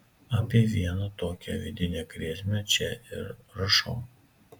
apie vieną tokią vidinę grėsmę čia ir rašau